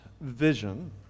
vision